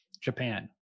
Japan